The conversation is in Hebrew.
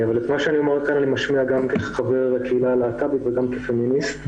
את מה שאומר כאן אני משמיע גם כחבר בקהילה הלהט"בית וגם כפמיניסט.